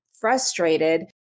frustrated